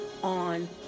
on